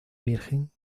virgen